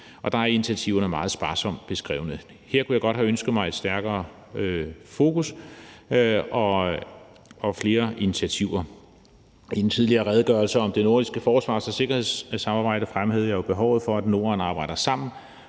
og der er initiativerne meget sparsomt beskrevet. Her kunne jeg godt have ønsket mig et stærkere fokus og flere initiativer. I forbindelse med den tidligere redegørelse om det norske forsvars- og sikkerhedssamarbejde fremhævede jeg jo behovet for, at Norden arbejder sammen